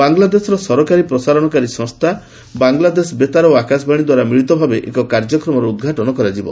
ବ୍ୟଲାଦେଶର ସରକାରୀ ପ୍ରସାରଣକାରୀ ସଂସ୍ଥା ବାଂଲାଦେଶ ବେତାର ଓ ଆକାଶବାଣୀ ଦ୍ୱାରା ମିଳିତ ଭାବେ ଏକ କାର୍ଯ୍ୟକ୍ରମର ଉଦ୍ଘାଟନ କରାଯିବ